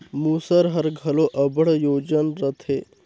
मूसर हर घलो अब्बड़ ओजन रहथे